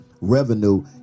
revenue